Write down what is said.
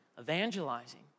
Evangelizing